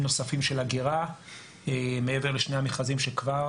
נוספים של אגירה מעבר לשני המכרזים שכבר